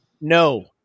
no